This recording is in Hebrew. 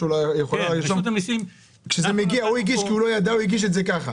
הוא הגיש את זה ככה.